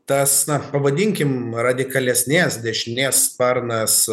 tas na pavadinkim radikalesnės dešinės sparnas